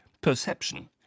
perception